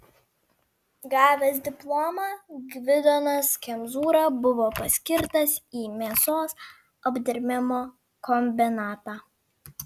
gavęs diplomą gvidonas kemzūra buvo paskirtas į mėsos apdirbimo kombinatą